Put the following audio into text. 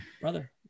Brother